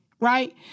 right